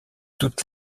toutes